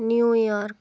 New York